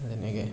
তেনেকে